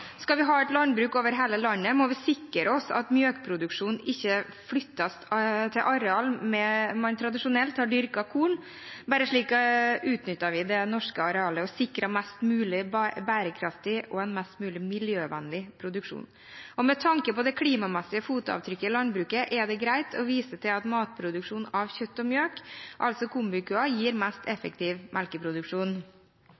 Skal vi ha et landbruk over hele landet, må vi sikre oss at melkeproduksjonen ikke flyttes til arealer der man tradisjonelt har dyrket korn. Bare slik utnytter vi det norske arealet og sikrer en mest mulig bærekraftig og miljøvennlig produksjon. Med tanke på det klimamessige fotavtrykket i landbruket er det greit å vise til at matproduksjon av kjøtt og melk, altså kombikua, gir mest effektiv melkeproduksjon.